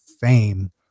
fame